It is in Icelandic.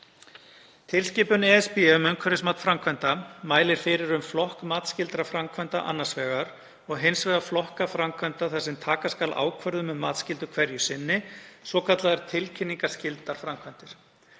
Tilskipun ESB um umhverfismat framkvæmda mælir fyrir um flokk matsskyldra framkvæmda annars vegar og hins vegar flokka framkvæmda þar sem taka skal ákvörðun um matsskyldu hverju sinni, svokallaðar tilkynningarskyldar framkvæmdir.